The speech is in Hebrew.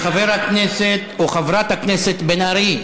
חברת הכנסת בן ארי.